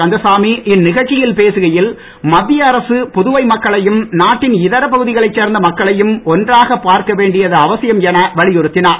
கந்தசாமி இந்நிகழ்ச்சியில் பேசுகையில் மத்திய அரசு புதுவை மக்களையும் நாட்டின் இதர பகுதிகளைச் சேர்ந்த மக்களையும் ஒன்றாகப் பார்க்க வேண்டியது அவசியம் என வலியுறுத்தினார்